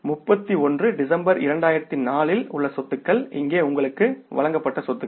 31டிசம்பர் 2004 இல் உள்ள சொத்துகள் இங்கே உங்களுக்கு வழங்கப்பட்ட சொத்துகள்